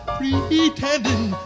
pretending